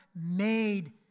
made